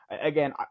again